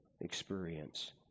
experience